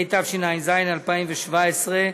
התשע"ז 2017,